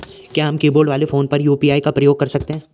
क्या हम कीबोर्ड वाले फोन पर यु.पी.आई का प्रयोग कर सकते हैं?